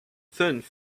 fünf